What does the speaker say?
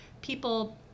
people